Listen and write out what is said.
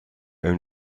own